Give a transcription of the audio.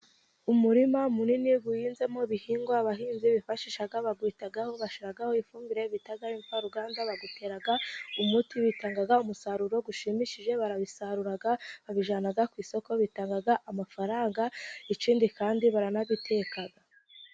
Umurima munini uhinzemo ibihingwa, abahinzi bifashisha babyitaho bashyiraho ifumbire bita imvaruganda, bakabitera umuti, bitanga umusaruro ushimishije. Barabisarura bakabijyana ku isoko bigatanga amafaranga. Ikindi kandi baranabiteka.